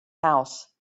house